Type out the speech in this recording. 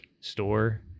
store